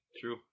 True